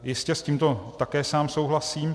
Jistě, s tímto také sám souhlasím.